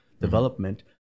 development